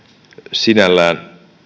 sinällään